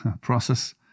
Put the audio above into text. process